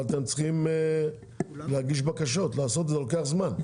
אבל אתם צריכים להגיש בקשות, לעשות, זה לוקח זמן.